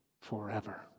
forever